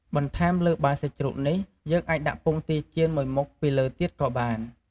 បន្ថែមលើបាយសាច់ជ្រូកនេះ យើងអាចដាក់ពងទាចៀនមួយមុខពីលើទៀតក៏បាន។